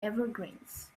evergreens